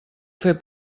fer